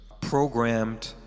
programmed